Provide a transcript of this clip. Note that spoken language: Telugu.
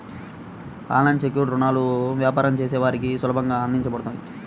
అన్ సెక్యుర్డ్ రుణాలు వ్యాపారం చేసే వారికి సులభంగా అందించబడతాయి